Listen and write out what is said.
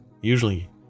usually